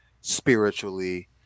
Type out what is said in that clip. spiritually